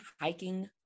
hiking